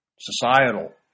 societal